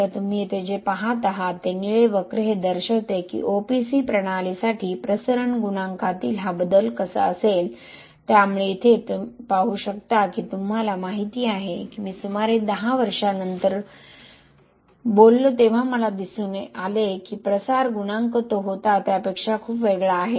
तर तुम्ही येथे जे पहात आहात ते निळे वक्र हे दर्शविते की ओपीसी प्रणालीसाठी प्रसरण गुणांकातील हा बदल कसा असेल त्यामुळे तुम्ही येथे पाहू शकता की तुम्हाला माहिती आहे की मी सुमारे 10 वर्षांनंतर बोलतो तेव्हा मला दिसून येते की प्रसार गुणांक तो होता त्यापेक्षा खूप वेगळा आहे